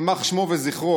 יימח שמו וזכרו,